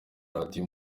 radio